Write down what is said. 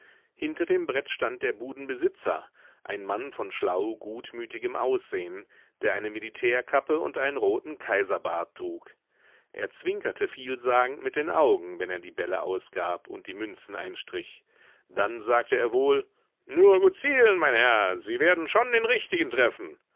hinter dem brett stand der budenbesitzer ein mann von schlau gutmütigem aussehn der eine militärkappe und einen roten kaiserbart trug er zwinkerte vielsagend mit den augen wenn er die bälle ausgab und die münzen einstrich dann sagte er wohl nur gut zielen mein herr sie werden schon den richtigen treffen